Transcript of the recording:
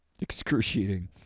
excruciating